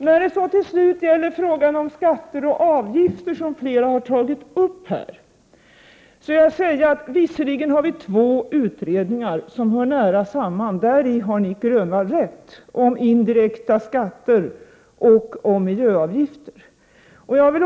När det till sist gäller frågan om skatter och avgifter, vilket flera talare har tagit upp, vill jag säga att vi visserligen har två utredningar som hör nära samman — däri har Nic Grönvall rätt —, nämligen om indirekta skatter och om miljöavgifter.